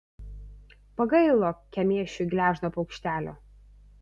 pagailo kemėšiui gležno paukštelio